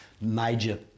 major